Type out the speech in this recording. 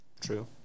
True